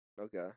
Okay